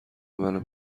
منو